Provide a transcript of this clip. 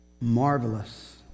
marvelous